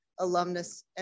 alumnus